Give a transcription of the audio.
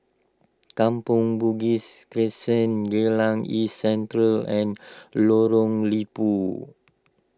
Kampong Bugis Crescent Geylang East Central and Lorong Liput